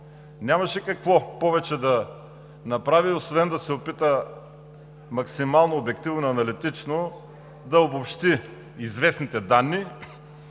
нямаше какво повече да направи, освен да се опита максимално обективно и аналитично да обобщи известните данни,